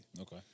Okay